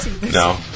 No